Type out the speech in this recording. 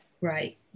right